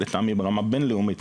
לטעמי ברמה בינלאומית,